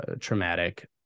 traumatic